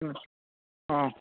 অঁ অঁ